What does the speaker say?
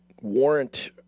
warrant